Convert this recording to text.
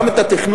גם את התכנון,